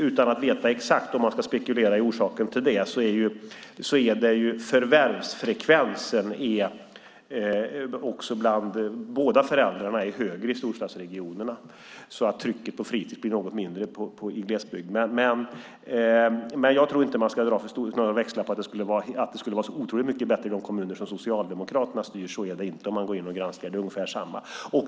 Utan att veta exakt, om man ska spekulera i orsaken till det, är förvärvsfrekvensen bland båda föräldrarna högre i storstadsregionerna och trycket på fritis blir något mindre i glesbygden. Men jag tror inte att man ska dra några växlar på att det skulle vara så otroligt mycket bättre i de kommuner som Socialdemokraterna styr. Om man går in och granskar ser man att det inte är så. Det är ungefär lika.